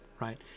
right